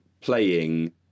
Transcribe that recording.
playing